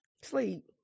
sleep